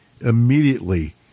immediately